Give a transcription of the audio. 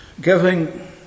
giving